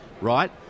right